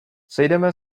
sejdeme